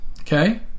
okay